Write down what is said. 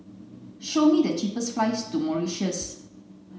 show me the cheapest flights to Mauritius